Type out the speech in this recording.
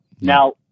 Now